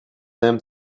them